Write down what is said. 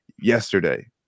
yesterday